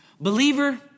Believer